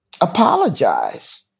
apologize